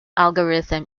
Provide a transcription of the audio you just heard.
algorithm